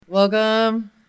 Welcome